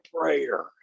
prayer